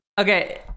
okay